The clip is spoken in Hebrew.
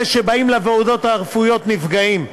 אלה שבאים לוועדות הרפואיות נפגעים.